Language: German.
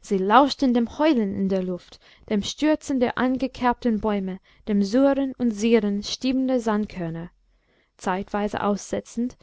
sie lauschten dem heulen in der luft dem stürzen der angekerbten bäume dem surren und sirren stiebender sandkörner zeitweise aussetzend